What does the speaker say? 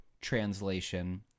translation